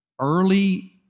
Early